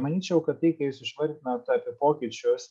manyčiau kad tai ką jūs išvardinot apie pokyčius